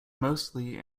mostly